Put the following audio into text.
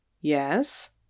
yes